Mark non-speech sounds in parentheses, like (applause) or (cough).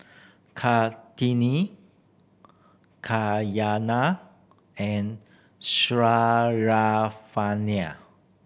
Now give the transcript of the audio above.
Kartini Cayana and (unintelligible)